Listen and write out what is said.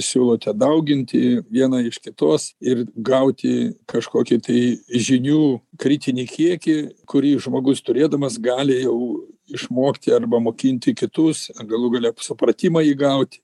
siūlote dauginti vieną iš kitos ir gauti kažkokį tai žinių kritinį kiekį kurį žmogus turėdamas gali jau išmokti arba mokinti kitus ar galų gale supratimą įgaut